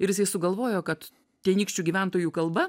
ir jisai sugalvojo kad tenykščių gyventojų kalba